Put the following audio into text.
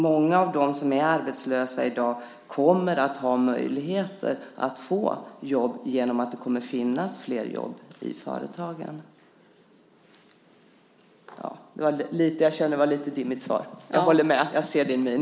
Många av dem som är arbetslösa i dag kommer att ha möjligheter att få jobb genom att det kommer att finnas flera jobb i företagen. Jag håller med om att det var ett lite dimmigt svar - jag ser det på din min.